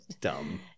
Dumb